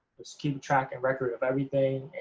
just keep track and record of everything